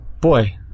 boy